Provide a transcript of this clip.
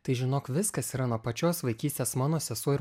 tai žinok viskas yra nuo pačios vaikystės mano sesuo ir